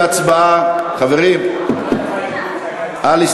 העובדה כי ארגוני השיווק ממשיכים ליהנות מהפטור על אף